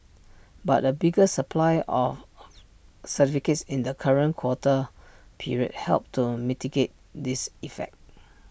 but A bigger supply of certificates in the current quota period helped to mitigate this effect